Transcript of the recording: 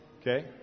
Okay